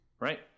Right